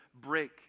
break